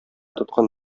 тоткан